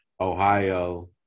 Ohio